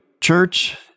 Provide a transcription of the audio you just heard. Church